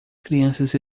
crianças